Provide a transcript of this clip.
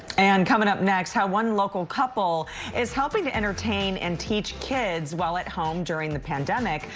and coming up next, how one local couple is helping to entertain and teach kids while at home during the pandemic.